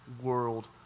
world